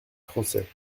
français